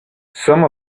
some